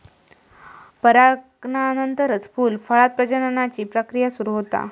परागनानंतरच फूल, फळांत प्रजननाची प्रक्रिया सुरू होता